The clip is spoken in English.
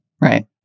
Right